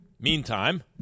Meantime